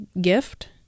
gift